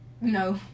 No